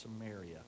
Samaria